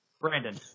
Brandon